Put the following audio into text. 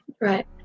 right